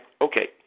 okay